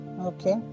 Okay